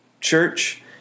church